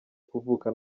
kuvuka